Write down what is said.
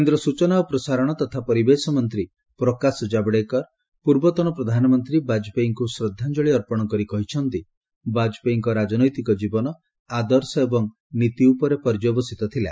କେନ୍ଦ୍ର ସୂଚନା ଓ ପ୍ରସାରଣ ତଥା ପରିବେଶ ମନ୍ତ୍ରୀ ପ୍ରକାଶ ଜାବଡ଼େକର ପୂର୍ବତନ ପ୍ରଧାନମନ୍ତ୍ରୀ ବାଜପେୟୀଙ୍କୁ ଶ୍ରଦ୍ଧାଞ୍ଜଳି ଅର୍ପଣ କରି କହିଛନ୍ତି ବାଜପେୟୀଙ୍କ ରାଜନୈତିକ ଜୀବନ ଆଦର୍ଶ ଏବଂ ନୀତି ଉପରେ ପର୍ଯ୍ୟବଶିତ ଥିଲା